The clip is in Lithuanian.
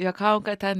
juokavom kad ten